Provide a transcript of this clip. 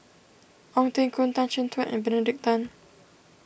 Ong Teng Koon Tan Chin Tuan and Benedict Tan